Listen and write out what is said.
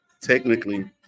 technically